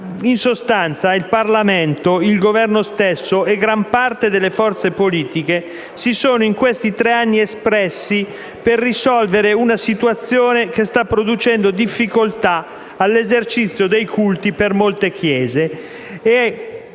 tre anni il Parlamento, il Governo stesso e gran parte delle forze politiche si sono espressi per risolvere una situazione che sta producendo difficoltà all'esercizio dei culti per molte Chiese